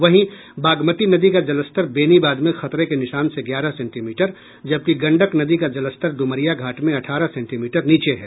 वहीं बागमती नदी का जलस्तर बेनीबाद में खतरे के निशान से ग्यारह सेंटीमीटर जबकि गंडक नदी का जलस्तर डुमरिया घाट में अठारह सेंटीमीटर नीचे है